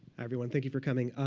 everyone, thank you for coming.